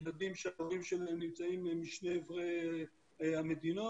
ילדים שההורים שלהם נמצאים משני עברי המדינות,